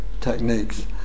techniques